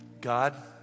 God